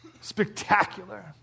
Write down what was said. spectacular